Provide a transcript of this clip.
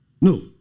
No